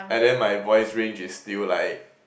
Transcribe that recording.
and then my voice range is still like